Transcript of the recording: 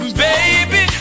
baby